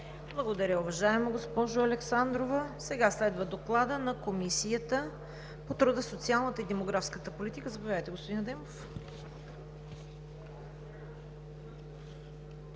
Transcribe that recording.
Благодаря, уважаема госпожо Александрова. Следва Докладът на Комисията по труда, социалната и демографската политика. Заповядайте, господин Адемов.